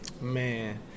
Man